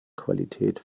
qualität